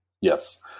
yes